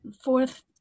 fourth